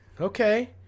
Okay